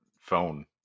phone